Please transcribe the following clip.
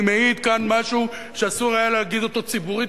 אני מעיד כאן על משהו שאסור היה להגיד אותו ציבורית,